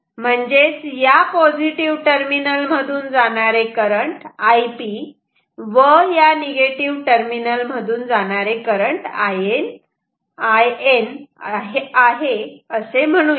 म्हणजेच या positive terminal मधून जाणारे करंट Ip व निगेटिव्ह टर्मिनल मधून जाणारे करंट In असे म्हणूयात